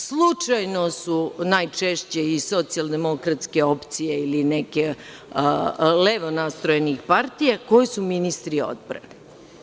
Slučajno su najčešće i socijaldemokratske opcije i nekih levo nastrojenih partija, koje su ministri odbrane.